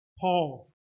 Paul